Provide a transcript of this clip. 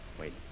Wait